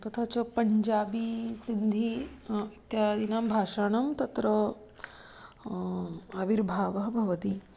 तथा च पञ्जाबी सिन्धी इत्यादीनां भाषाणां तत्र आविर्भावः भवति